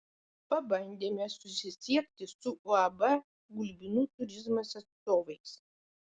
pabandėme susisiekti su uab gulbinų turizmas atstovais